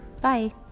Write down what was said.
Bye